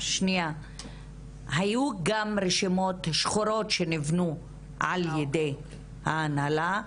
היו גם רשימות שחורות שנבנו על ידי ההנהלה,